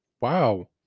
Wow